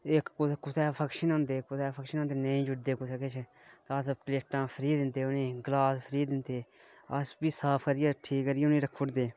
इक कुदै कुसै दे फंक्शन होंदे नेई जुड़दे कुसै किश अस प्लेटां फ्री दिन्ने उनै गी गलास फ्री दिन्ने उनै गी अस फ्ही साफ करियै उनै गी रक्खुड़दे